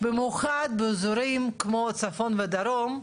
במיוחד באזורים כמו צפון ודרום,